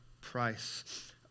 price